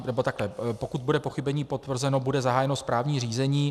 Nebo takhle: Pokud bude pochybení potvrzeno, bude zahájeno správní řízení.